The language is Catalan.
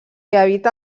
habita